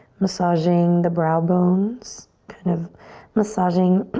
massaging the brow bones. kind of massaging,